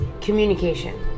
Communication